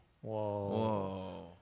Whoa